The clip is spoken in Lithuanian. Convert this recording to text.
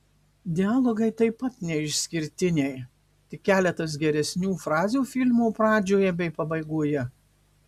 dialogai taip pat neišskirtiniai tik keletas geresnių frazių filmo pradžioje bei pabaigoje